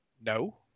No